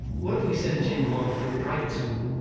what if we send xinguang to a private school?